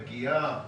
לפגיעה,